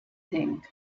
thing